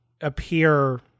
appear